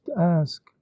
ask